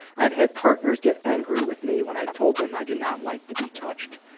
i've had partners get angry with me when i told them i do not like to be touched.